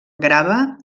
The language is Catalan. grava